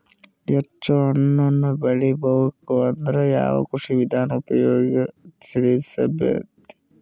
ಹೆಚ್ಚು ಹಣ್ಣನ್ನ ಬೆಳಿ ಬರಬೇಕು ಅಂದ್ರ ಯಾವ ಕೃಷಿ ವಿಧಾನ ಉಪಯೋಗ ತಿಳಿದಿರಬೇಕು?